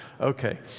Okay